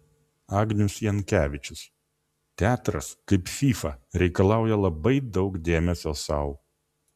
agnius jankevičius teatras kaip fyfa reikalauja labai daug dėmesio sau